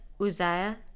Uzziah